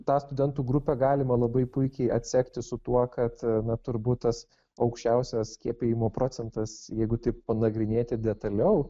tą studentų grupę galima labai puikiai atsekti su tuo kad na turbūt tas aukščiausias skiepijimo procentas jeigu taip panagrinėti detaliau